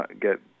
get